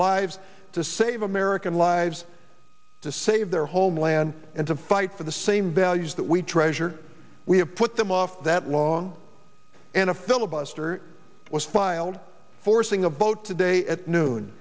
lives to save american lives to save their homeland and to fight for the same values that we treasure we have put them off that long and a filibuster was filed forcing a vote today at noon